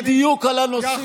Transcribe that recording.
בדיוק על הנושאים האלה.